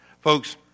Folks